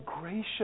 Gracious